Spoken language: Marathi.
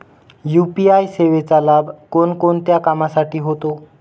यू.पी.आय सेवेचा लाभ कोणकोणत्या कामासाठी होतो?